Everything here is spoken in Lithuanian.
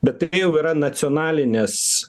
bet tai jau yra nacionalinės